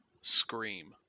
scream